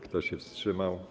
Kto się wstrzymał?